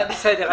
בסדר.